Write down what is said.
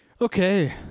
Okay